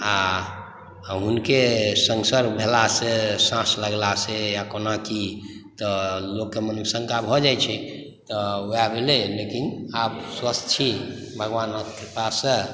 आ हुनके संसर्ग भेलासॅं साँस लगलासॅं या कोना की तऽ लोककेॅं मोनमे शंका भऽ जाइ छै तऽ वएह भेलै लेकिन आब स्वस्थ छी भगवानक कृपासॅं